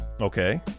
Okay